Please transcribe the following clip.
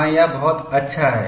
हां यह बहुत अच्छा है